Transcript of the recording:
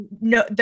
no